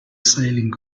sailing